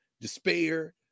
despair